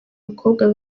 mukobwa